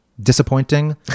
disappointing